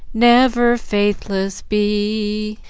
never faithless be,